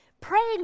Praying